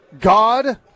God